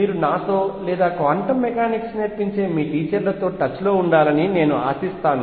మీరు నాతో లేదా క్వాంటం మెకానిక్స్ నేర్పించే మీ టీచర్లతో టచ్లో ఉండాలని నేను ఆశిస్తాను